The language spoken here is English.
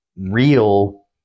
real